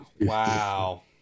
Wow